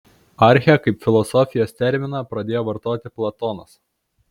archę kaip filosofijos terminą pradėjo vartoti platonas